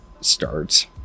starts